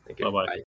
Bye-bye